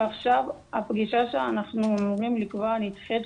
ועכשיו הפגישה שאנחנו אמורים לקבוע נדחית.